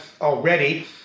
already